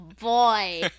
boy